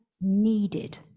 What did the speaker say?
needed